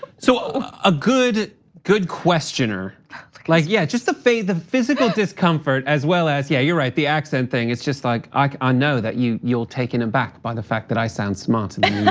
so a good good questioner like, yeah, just the face, the physical discomfort, as well as, yeah, you're right, the accent thing is just like i ah know that you're taken aback by the fact that i sound smarter than